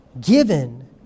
given